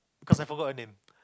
cause I forgot her name